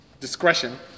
discretion